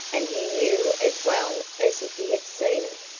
and he knew as well as if he had seen it,